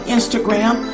Instagram